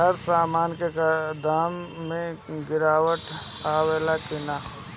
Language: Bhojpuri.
हर सामन के दाम मे गीरावट आवेला कि न?